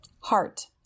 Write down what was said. Heart